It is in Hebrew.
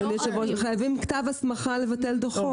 חייבים כתב הסמכה כדי לבטל דוחות.